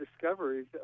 discoveries